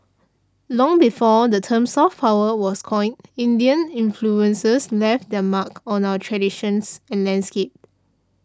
long before the term soft power was coined Indian influences left their mark on our traditions and landscape